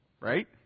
right